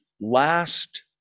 last